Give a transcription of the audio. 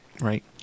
Right